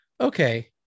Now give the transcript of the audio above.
okay